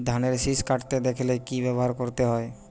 ধানের শিষ কাটতে দেখালে কি ব্যবহার করতে হয়?